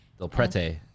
Delprete